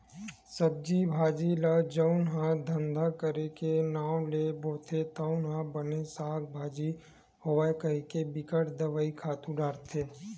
सब्जी भाजी ल जउन ह धंधा करे के नांव ले बोथे तउन ह बने साग भाजी होवय कहिके बिकट दवई, खातू डारथे